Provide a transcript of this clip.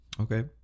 Okay